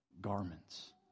garments